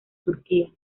turquía